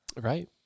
Right